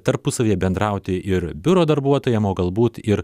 tarpusavyje bendrauti ir biuro darbuotojams o galbūt ir